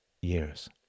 years